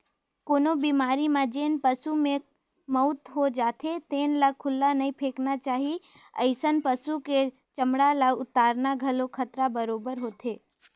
कोनो बेमारी म जेन पसू के मउत हो जाथे तेन ल खुल्ला नइ फेकना चाही, अइसन पसु के चमड़ा ल उतारना घलो खतरा बरोबेर होथे